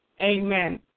Amen